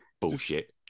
Bullshit